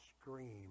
scream